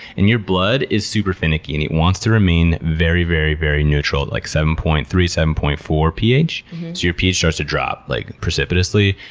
and your blood is super finicky and it wants to remain very, very, very neutral, like seven point three, seven point four ph, so your ph starts to drop like precipitously,